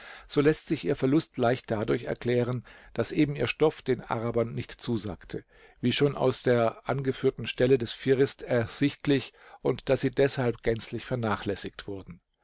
so läßt sich ihr verlust leicht dadurch erklären daß eben ihr stoff den arabern nicht zusagte wie schon aus der angeführten stelle des fihrist ersichtlich und daß sie deshalb gänzlich vernachlässigt wurden